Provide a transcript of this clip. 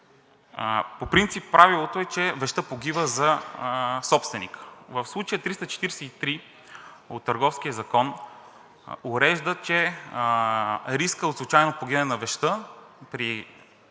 по принцип правилото е, че вещта погива за собственика. В случая 343 от Търговския закон урежда, че рискът от случайно погиване на вещта при невиновна